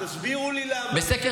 רגע,